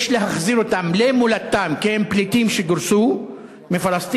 יש להחזיר אותם למולדתם כי הם פליטים שגורשו מפלסטין,